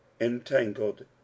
entangled